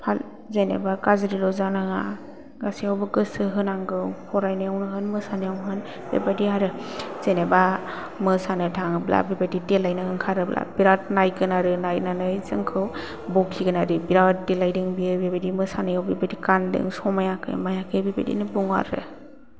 जेनोबा गाज्रिल' जानाङा गासैयावबो गोसो होनांगौ फरायनायाव होन मोसानायाव होन बेबादि आरो जेनबा मोसानो थाङोबा देलायना ओंखारोबा बिरात नायगोन आरो नायनानै जोंखौ बखिगोन आरो बिरात देलायदों बेबादि मोसानायाव बेबादि गानदों समायाखै मायाखै बेबादिनो बुङो आरो